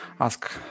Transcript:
ask